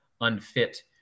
unfit